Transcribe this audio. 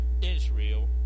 Israel